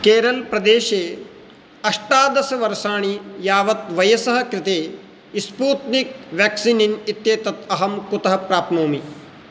केरलप्रदेशे अष्टादशवर्षाणि यावत् वयसः कृते स्पूत्निक् व्याक्सिन् इत्येतत् अहं कुतः प्राप्नोमि